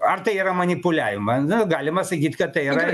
ar tai yra manipuliavimą na galima sakyt kad tai yra